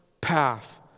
path